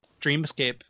dreamscape